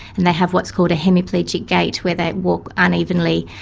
and they have what's called a hemiplegic gait where they walk unevenly,